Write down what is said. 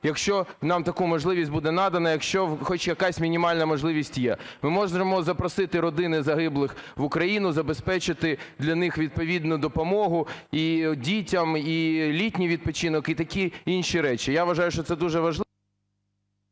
якщо нам таку можливість буде надано, якщо хоч якась мінімальна можливість є. Ми можемо запросити родини загиблих в Україну, забезпечити для них відповідну допомогу і дітям, і літній відпочинок, і такі інші речі. Я вважаю, що це дуже важливо.